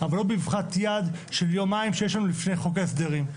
אבל לא באבחת יד של יומיים שיש לנו לפני חוק ההסדרים.